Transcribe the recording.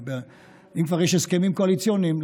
אם כבר יש הסכמים קואליציוניים,